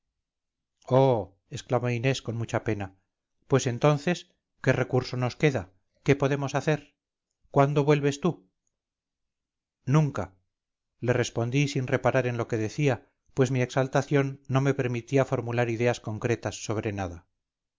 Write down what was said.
oh exclamó inés con mucha pena pues entonces qué recurso nos queda qué podemos hacer cuándo vuelves tú nunca le respondí sin reparar en lo que decía pues mi exaltación no me permitía formular ideas concretas sobre nada